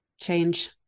change